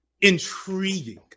intriguing